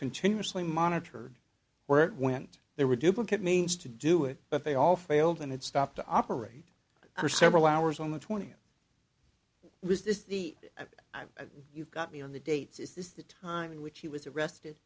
continuously monitored where it went there were duplicate means to do it but they all failed and it stopped to operate for several hours on the twentieth was this the time you've got me on the dates is the time in which he was arrested